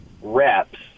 reps